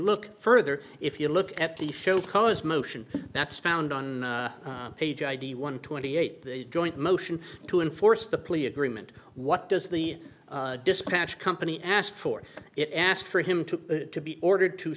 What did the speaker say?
look further if you look at the show cause motion that's found on page id one twenty eight the joint motion to enforce the plea agreement what does the dispatch company ask for it ask for him to be ordered to